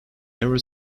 never